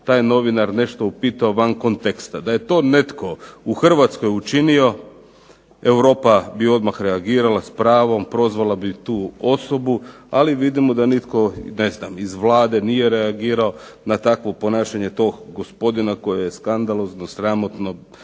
taj novinar nešto upitao van konteksta. Da je to netko u Hrvatskoj učinio Europa bi odmah reagirala, s pravom, prozvala bi tu osobu, ali vidimo da nitko iz Vlade nije reagirao na takvo ponašanje tog gospodina koje je skandalozno, sramotno,